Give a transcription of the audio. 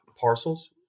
parcels